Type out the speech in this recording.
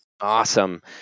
Awesome